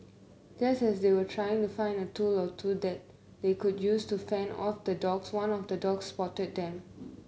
just as they were trying to find a tool or two that they could use to fend off the dogs one of the dogs spotted them